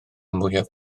mwyaf